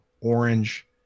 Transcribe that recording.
Orange